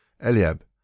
Eliab